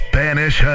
Spanish